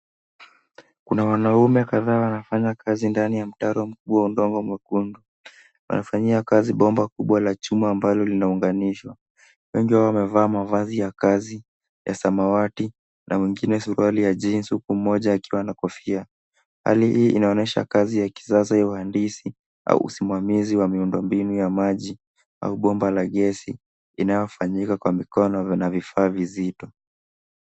Kuna wanaume kadhaa wanafanya kazi ndani ya mtaro mkubwa wa udongo mwekundu. Wanafanyia kazi bomba kubwa la chuma ambalo linaunganishwa. Wengi wao wamevaa mavazi ya kazi ya samawati, na mwingine suruali ya jeans , huku mmoja akiwa na kofia. Hali hii inaonesha kazi ya kisasa ya uhandisi, au usimamizi wa miundombinu ya maji, au bomba la gesi, inayofanyika kwa mikono na vifaa vizito.